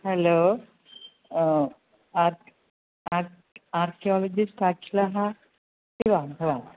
hello arch arch archaeologist बाच् लः अस्ति वा भवान्